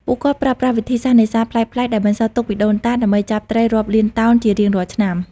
ពួកគាត់ប្រើប្រាស់វិធីសាស្ត្រនេសាទប្លែកៗដែលបន្សល់ទុកពីដូនតាដើម្បីចាប់ត្រីរាប់លានតោនជារៀងរាល់ឆ្នាំ។